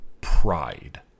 pride